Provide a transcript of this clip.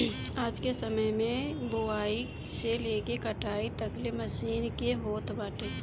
आजके समय में बोआई से लेके कटाई तकले मशीन के होत बाटे